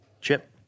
chip